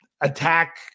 attack